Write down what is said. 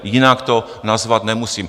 Jinak to nazvat nemusím.